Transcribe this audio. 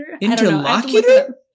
Interlocutor